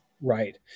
Right